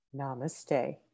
Namaste